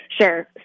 Sure